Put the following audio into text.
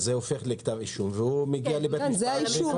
אז זה הופך לכתב אישום והוא מגיע לבית משפט וטוען את טענותיו.